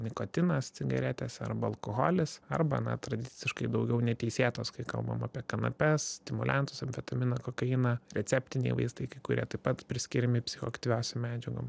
nikotinas cigaretės arba alkoholis arba na tradiciškai daugiau neteisėtos kai kalbam apie kanapes stimuliantus amfetaminą kokainą receptiniai vaistai kai kurie taip pat priskiriami psichoaktyviosiom medžiagom